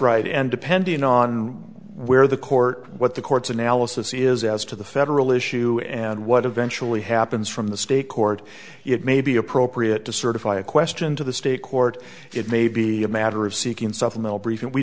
right and depending on where the court what the court's analysis is as to the federal issue and what eventually happens from the state court it may be appropriate to certify a question to the state court it may be a matter of seeking supplemental